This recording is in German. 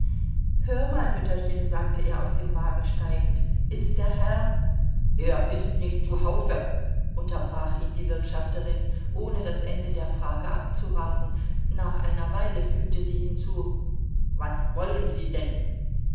hör mal mütterchen sagte er aus dem wagen steigend ist der herr er ist nicht zu hause unterbrach ihn die wirtschafterin ohne das ende der frage abzuwarten nach einer weile fügte sie hinzu was wollen sie denn